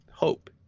Hope